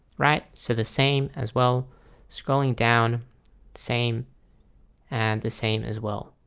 right? so the same as well scrolling down same and the same as well.